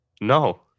No